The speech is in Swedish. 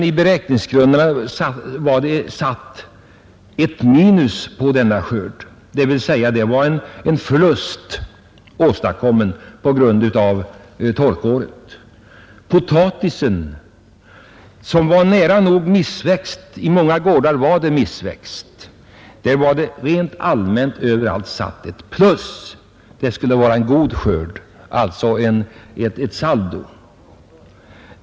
I beräkningsgrunderna hade det trots detta satts ett minus för denna skörd — dvs. en förlust hade uppstått. I fråga om potatisen var det nära nog missväxt, och på många gårdar var det helt missväxt. Men överallt var det satt ett plus. Det skulle vara en god skörd som skulle ge ett saldo.